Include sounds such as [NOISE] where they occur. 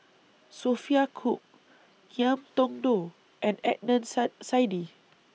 Sophia Cooke Ngiam Tong Dow and Adnan [UNINTELLIGIBLE] Saidi